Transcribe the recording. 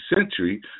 century